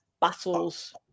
battles